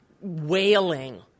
wailing